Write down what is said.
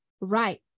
Right